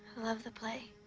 love the play.